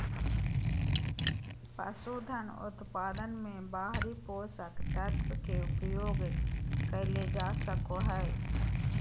पसूधन उत्पादन मे बाहरी पोषक तत्व के उपयोग कइल जा सको हइ